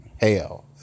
hell